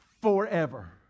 forever